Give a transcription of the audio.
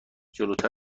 جلوتر